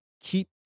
keep